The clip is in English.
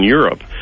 Europe